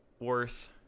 Worse